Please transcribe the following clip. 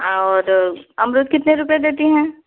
और अमरुद कितने रुपए देती हैं